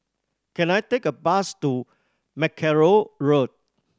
can I take a bus to Mackerrow Road